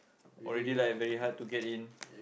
already like very hard to get in